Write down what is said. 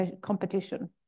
competition